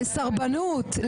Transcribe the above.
לסרבנות,